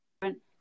different